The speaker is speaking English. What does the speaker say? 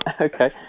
Okay